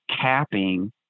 capping